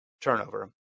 turnover